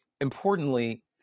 importantly